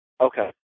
Okay